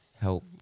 Help